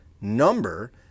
number